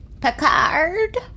Picard